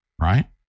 right